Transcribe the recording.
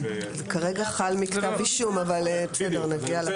כרגע זה חל מכתב אישום אבל נגיע לזה.